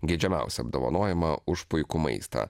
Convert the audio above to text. geidžiamiausią apdovanojimą už puikų maistą